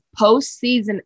postseason